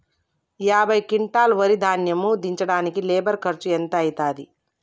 యాభై క్వింటాల్ వరి ధాన్యము దించడానికి లేబర్ ఖర్చు ఎంత అయితది?